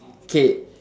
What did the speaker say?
K